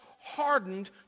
hardened